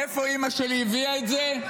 מאיפה אימא שלי הביאה את זה?